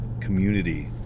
community